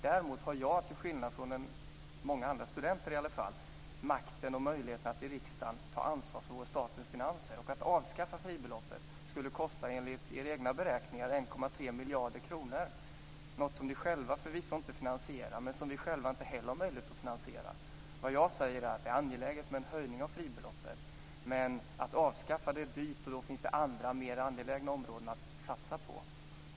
Däremot har jag till skillnad från många andra studenter makt och möjligheter att i riksdagen ta ansvar för statens finanser. Att avskaffa fribeloppet skulle enligt era egna beräkningar kosta 1,3 miljarder kronor, något som ni själva förvisso inte finansierar och som inte heller vi har möjlighet att finansiera. Jag säger att det är angeläget med en höjning av fribeloppet, men att avskaffa det är dyrt, och det finns andra och mera angelägna områden att satsa på.